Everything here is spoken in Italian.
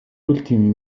ultimi